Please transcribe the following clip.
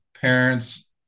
parents